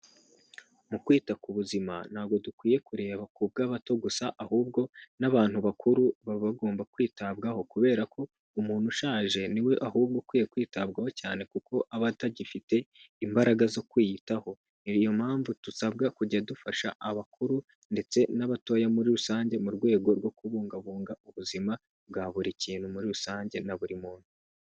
Mu kwita ku buzima ntabwo dukwiye kureba ku bw'abato gusa, ahubwo n'abantu bakuru baba bagomba kwitabwaho, kubera ko umuntu ushaje ni we ahubwo ukwiye kwitabwaho cyane, kuko aba atagifite imbaraga zo kwiyitaho, niyo mpamvu dusabwa kujya dufasha abakuru ndetse n'abatoya muri rusange, mu rwego rwo kubungabunga ubuzima bwa buri kintu muri rusange na buri muntu.